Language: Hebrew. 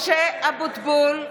אבוטבול,